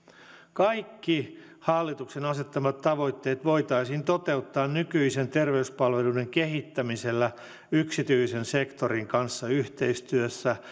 kaikki hallituksen asettamat tavoitteet voitaisiin toteuttaa nykyisten terveyspalveluiden kehittämisellä yksityisen sektorin kanssa yhteistyössä